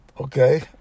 Okay